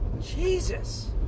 Jesus